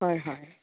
হয় হয়